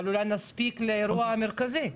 אבל אולי נספיק לאירוע המרכזי.